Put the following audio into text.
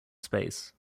space